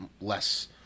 less